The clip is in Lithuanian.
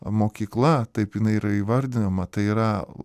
mokykla taip jinai yra įvardinama tai yra